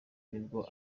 nibwo